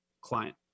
client